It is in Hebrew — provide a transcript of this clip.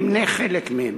אמנה חלק מהם: